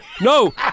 no